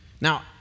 Now